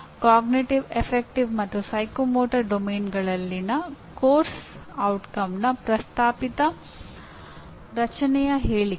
ಅರಿವಿನ ಗಣನ ಅಥವಾ ಮನೋಪ್ರೇರಣಾ ಕಾರ್ಯಕ್ಷೇತ್ರಗಳಲ್ಲಿನ ಪಠ್ಯಕ್ರಮದ ಪರಿಣಾಮದ ಪ್ರಸ್ತಾವಿತ ರಚನೆಯ ಹೇಳಿಕೆ